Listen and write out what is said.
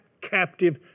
captive